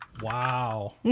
Wow